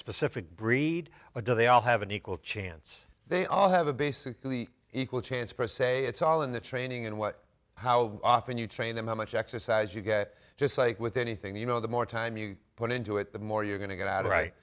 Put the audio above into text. specific breed but do they all have an equal chance they all have a basically equal chance per say it's all in the training and what how often you train them how much exercise you get just like with anything you know the more time you put into it the more you're going to get out right